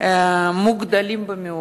מוגדלים במיוחד.